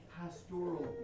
pastoral